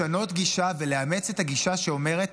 לשנות גישה ולאמץ את הגישה שאומרת: